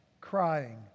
crying